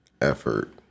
effort